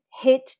hit